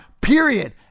Period